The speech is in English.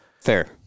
fair